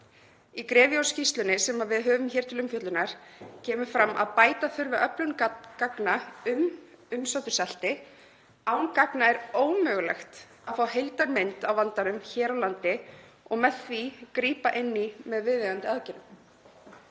Í GREVIO-skýrslunni, sem við höfum hér til umfjöllunar, kemur fram að bæta þurfi öflun gagna um umsáturseinelti. Án gagna er ómögulegt að fá heildarmynd af vandanum hér á landi og með því að grípa inn í með viðeigandi aðgerðum.